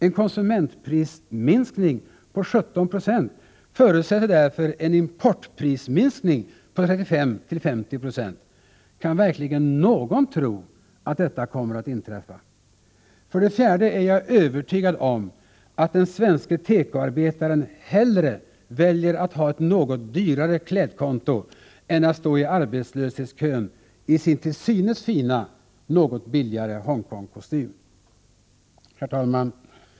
En konsumentprisminskning på 17 9o förutsätter därför en importprisminskning på 35-50 90. Kan verkligen någon tro att detta kommer att inträffa? För det fjärde är jag övertygad om att den svenske tekoarbetaren hellre väljer att ha ett något dyrare klädkonto än att stå i arbetslöshetskön i sin till synes fina, något billigare Hongkong-kostym! Herr talman!